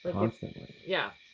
constantly. yeah.